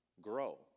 grow